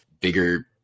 bigger